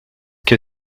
que